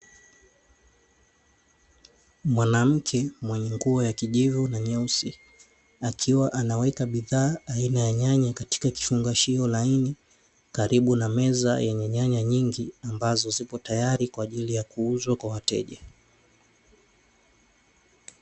Mwanamke mwenye nguo ya kijivu na nyeusi, akiwa anaweka bidhaa aina ya nyanya katika kifungashio laini karibu na meza yenye nyanya nyingi ambazo zipo tayari kwa ajili ya kuuzwa kwa wateja.